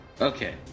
Okay